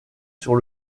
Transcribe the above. sur